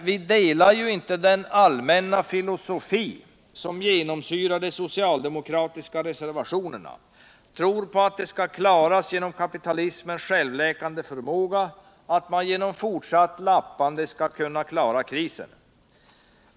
Vi delar dock inte den allmänna filosofi som genomsyrar de socialdemokratiska reservationerna — tron på att krisen skall klaras genom kapitalismens självläkande förmåga och att man genom fortsatt lappande skall lösa problemen.